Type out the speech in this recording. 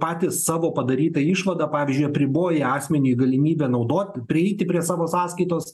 patys savo padaryta išvada pavyzdžiui apriboja asmeniui galimybę naudoti prieiti prie savo sąskaitos